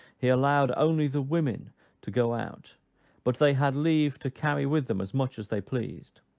he allowed only the women to go out but they had leave to carry with them as much as they pleased.